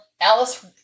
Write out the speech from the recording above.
Alice